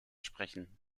sprechen